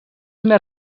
més